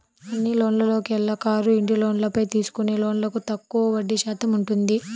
అన్ని లోన్లలోకెల్లా కారు, ఇంటి లోన్లపై తీసుకునే లోన్లకు తక్కువగా వడ్డీ శాతం ఉంటుంది